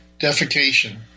defecation